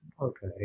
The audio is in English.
okay